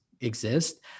exist